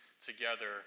together